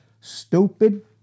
Stupid